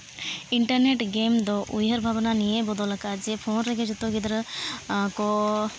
internet game ᱫᱚ ᱩᱭᱦᱟᱹᱨ ᱵᱷᱟᱵᱽᱱᱟ ᱱᱤᱭᱟᱹᱭ ᱵᱚᱫᱚᱞ ᱟᱠᱟᱫᱟ ᱡᱮ ᱯᱷᱳᱱ ᱨᱮᱜᱮ ᱡᱚᱛᱚ ᱜᱤᱫᱽᱨᱟᱹ ᱠᱚ